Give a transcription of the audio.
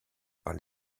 par